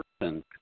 person